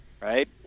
right